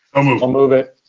i'll move. i'll move it.